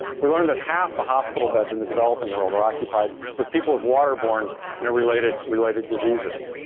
we learned that half the hospital beds in the developing world are occupied with people with waterborne you know related related diseases.